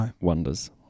wonders